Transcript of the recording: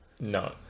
no